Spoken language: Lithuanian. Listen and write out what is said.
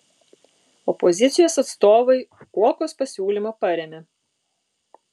opozicijos atstovai uokos pasiūlymą parėmė